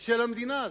של המדינה הזאת,